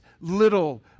little